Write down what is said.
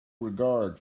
regard